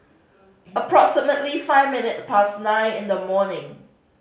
approximately five minute past nine in the morning